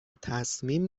تصمیم